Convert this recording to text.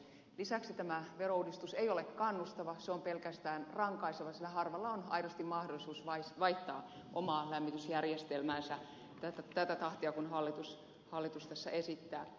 lisäksi tämä verouudistus ei ole kannustava se on pelkästään rankaiseva sillä harvalla on aidosti mahdollisuus vaihtaa omaa lämmitysjärjestelmäänsä tätä tahtia kuin hallitus tässä esittää